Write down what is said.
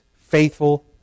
faithful